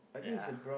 ya